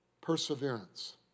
perseverance